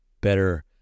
better